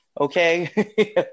Okay